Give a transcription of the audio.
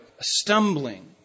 stumbling